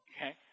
Okay